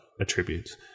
attributes